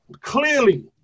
Clearly